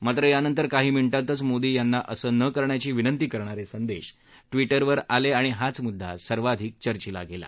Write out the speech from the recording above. मात्र यानंतर काही मिनिटांतच मोदी यांना असं न करण्याची विनंती करणारे संदेश ट्विटरवर आले आणि हाच मुद्दा सर्वाधिक चर्चिला गेला